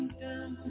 down